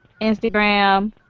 Instagram